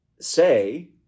say